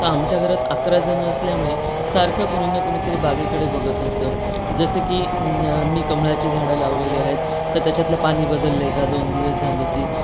तर आमच्या घरात अकरा जण असल्यामुळे सारखं कुणी न कुणीतरी बागेकडे बघत असतं जसं की मी कमळाची झाडं लावलेली आहेत तर त्याच्यातलं पाणी बदललं आहे का दोन दिवस झाले की